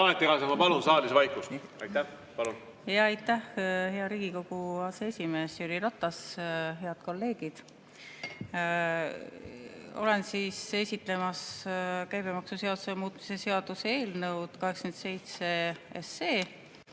Aitäh, hea Riigikogu aseesimees Jüri Ratas! Head kolleegid! Olen esitlemas käibemaksuseaduse muutmise seaduse eelnõu 87.